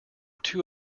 two